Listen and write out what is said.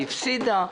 הפסידה,